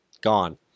gone